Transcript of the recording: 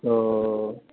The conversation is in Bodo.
औ